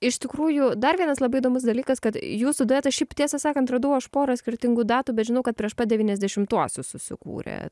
iš tikrųjų dar vienas labai įdomus dalykas kad jūsų duetas šiaip tiesą sakant radau aš porą skirtingų datų bet žinau kad prieš pat devyniasdešimtuosius susikūrė